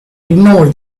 ignore